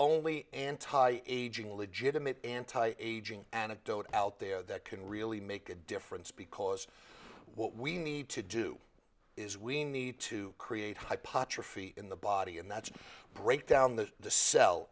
only anti aging legitimate anti aging anecdote out there that can really make a difference because what we need to do is we need to create hypot trophy in the body and that's break down the the cell